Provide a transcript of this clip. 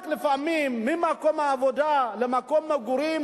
לפעמים המרחק ממקום העבודה למקום המגורים